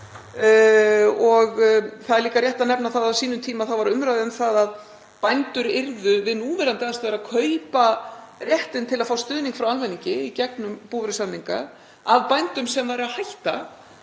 Það er líka rétt að nefna það að á sínum tíma var umræða um það að bændur yrðu við núverandi aðstæður að kaupa réttinn til að fá stuðning frá almenningi í gegnum búvörusamninga af bændum sem væru að hætta